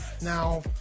Now